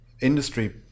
industry